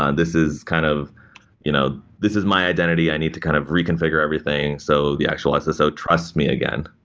and this is kind of you know this is my identity. i need to kind of reconfigure everything so the actual sso so trusts me again.